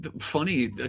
funny